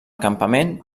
campament